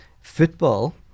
football